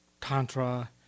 Tantra